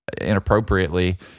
inappropriately